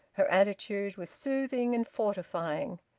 her attitude was soothing and fortifying.